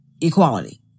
equality